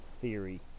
theory